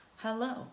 Hello